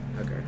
Okay